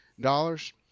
dollars